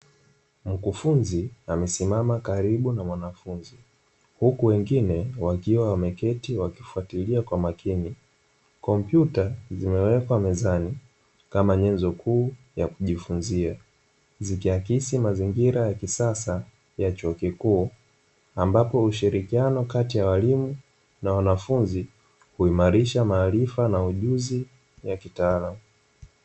Mkufunzi amesiamama karibu na mwanafunzi, huku wengine wameketi wakifatilia kwa makini. Kompyuta zimewekwa mezani, kama nyenzo kuu ya kujifunzia, zikiakisi mazingira ya kisasa ya chuo kikuu, ambapo ushirilkiano kati ya walimu na wanafunzi huimarisha maarifa na ujuzi, kitaalamu.